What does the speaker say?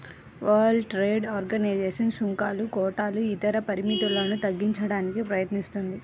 world Trade Organization సుంకాలు, కోటాలు ఇతర పరిమితులను తగ్గించడానికి ప్రయత్నిస్తుంది